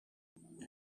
die